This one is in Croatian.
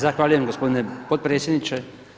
Zahvaljujem gospodine potpredsjedniče.